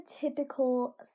typical